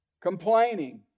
Complaining